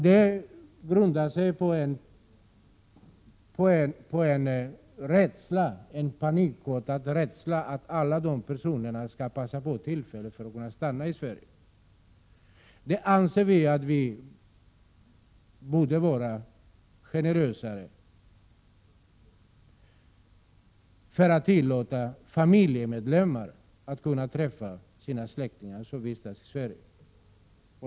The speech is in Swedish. Detta grundar sig på en panikartad rädsla för att alla dessa personer skall passa på tillfället att stanna i Sverige. Vi borde vara generösare när det gäller att tillåta familjemedlemmar att träffa sina släktingar som vistas i Sverige.